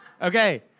Okay